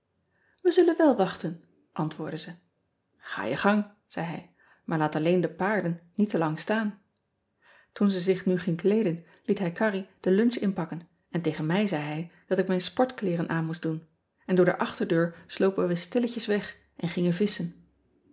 e zullen wel wachten antwoordde ze a je gang zei hij maar laat alleen de paarden niet te lang staan oen zij zich nu ging kleeden liet hij arrie de lunch inpakken en tegen mij zei hij dat ik mijn sportkleeren aan moest doen en door de achterdeur slopen we stilletjes weg en gingen visschen